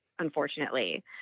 unfortunately